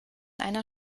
einer